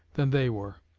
than they were.